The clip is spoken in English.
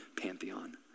pantheon